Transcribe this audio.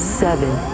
seven